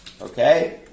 Okay